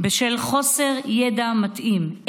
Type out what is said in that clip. בשל חוסר ידע מתאים,